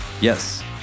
Yes